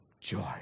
joy